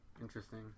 interesting